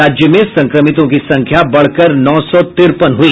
राज्य में संक्रमितों की संख्या बढ़कर नौ सौ तिरपन हुई